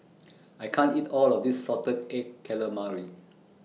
I can't eat All of This Salted Egg Calamari